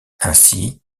ainsi